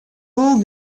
wol